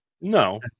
No